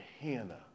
Hannah